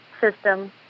system